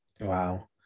Wow